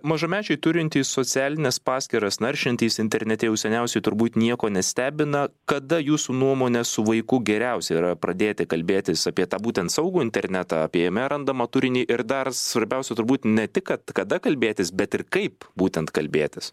mažamečiai turintys socialines paskyras naršantys internete jau seniausiai turbūt nieko nestebina kada jūsų nuomone su vaiku geriausia yra pradėti kalbėtis apie tą būtent saugų internetą apie jame randamą turinį ir dar svarbiausia turbūt ne tik kad kada kalbėtis bet ir kaip būtent kalbėtis